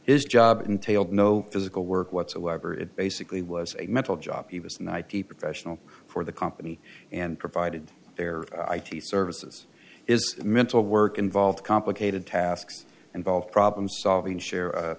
his job entailed no physical work whatsoever it basically was a mental job he was an i t professional for the company and provided there i t services is mental work involved complicated tasks involve problem solving share a